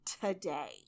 today